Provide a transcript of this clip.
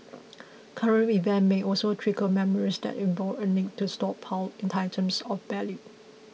current events may also trigger memories that involve a need to stockpile items of value